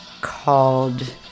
called